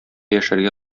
яшәргә